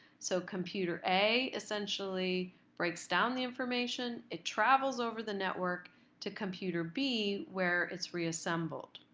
so computer a essentially breaks down the information, it travels over the network to computer b, where it's reassembled.